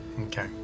Okay